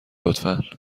لطفا